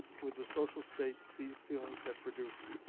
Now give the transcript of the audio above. with the social state these feelings have produced.